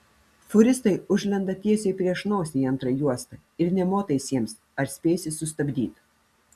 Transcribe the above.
fūristai užlenda tiesiai prieš nosį į antrą juostą ir nė motais jiems ar spėsi sustabdyt